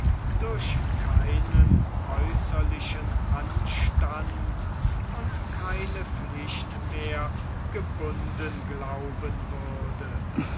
durch keinen äußerlichen anstand und keine pflicht mehr gebunden glauben würde